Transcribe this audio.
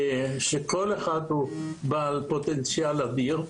שכל אחד הוא בעל פוטנציאל אדיר.